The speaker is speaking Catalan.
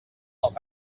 els